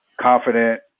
confident